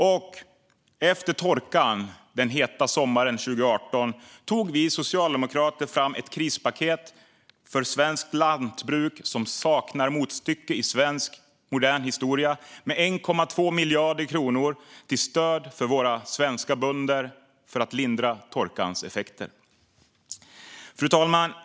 Och efter torkan den heta sommaren 2018 tog vi socialdemokrater fram ett krispaket för svenskt lantbruk som saknar motstycke i modern svensk historia med 1,2 miljarder kronor till stöd för våra svenska bönder för att lindra torkans effekter. Fru talman!